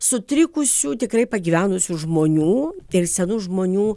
sutrikusių tikrai pagyvenusių žmonių ir senų žmonių